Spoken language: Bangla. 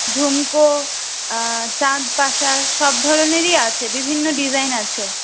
ঝুমকো চাঁদপাশা সব ধরনেরই আছে বিভিন্ন ডিজাইন আছে